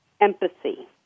empathy